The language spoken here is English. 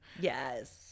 yes